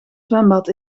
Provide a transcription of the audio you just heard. zwembad